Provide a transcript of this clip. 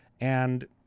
And-